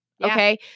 Okay